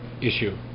issue